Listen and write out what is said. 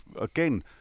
again